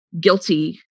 guilty